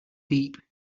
deep